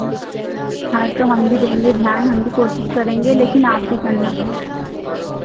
हाँ तो हम भी देंगे ध्यान हम भी कोशिश करेंगे लेकिन आप भी करना